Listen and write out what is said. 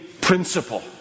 principle